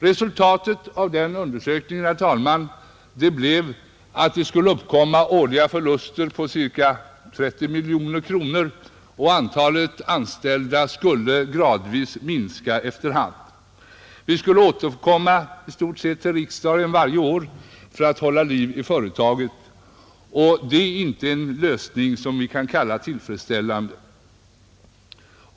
Resultatet av den undersökningen, herr talman, blev att det skulle uppkomma årliga förluster på ca 30 miljoner kronor och att antalet anställda skulle gradvis minska, Vi skulle få återkomma till riksdagen kontinuerligt för att hålla liv i företaget. En sådan lösning kan inte kallas tillfredsställande.